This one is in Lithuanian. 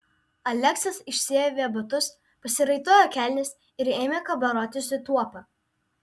aleksas išsiavė batus pasiraitojo kelnes ir ėmė kabarotis į tuopą